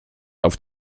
auf